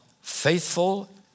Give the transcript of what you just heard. faithful